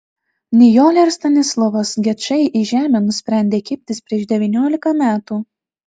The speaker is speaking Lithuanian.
nijolė ir stanislovas gečai į žemę nusprendė kibtis prieš devyniolika metų